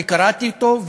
וקראתי אותו,